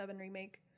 Remake